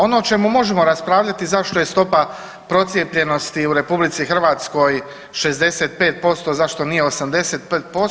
Ono o čemu možemo raspravljati zašto je stopa procijepljenosti u RH 65%, zašto nije 85%